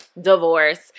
divorce